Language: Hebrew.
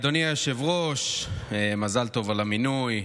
אדוני היושב-ראש, מזל טוב על המינוי.